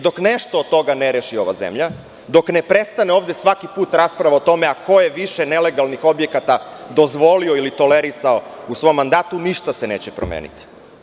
Dok nešto od toga ne reši ova zemlja, dok ne prestane ovde svaki put rasprava o tome ko je više nelegalnih objekata dozvolio ili tolerisao, ništa se neće promeniti.